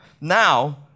Now